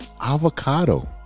avocado